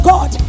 God